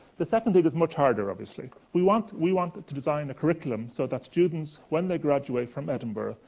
the second thing is much harder, obviously. we want we want to design a curriculum so that students, when they graduate from edinburgh,